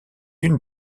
une